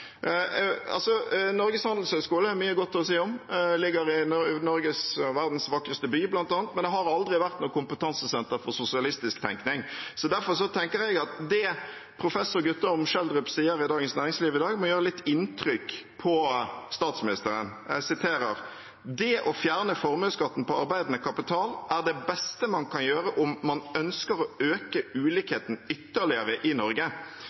Norges Handelshøyskole har jeg mye godt å si om, bl.a. at den ligger i Norges og verdens vakreste by, men den har aldri vært noe kompetansesenter for sosialistisk tenkning. Derfor tenker jeg at det professor Guttorm Schjelderup sier i Dagens Næringsliv i dag, må gjøre litt inntrykk på statsministeren: «Det å fjerne formuesskatten på arbeidende kapital er det beste man kan gjøre om man ønsker å øke ulikheten ytterligere i Norge.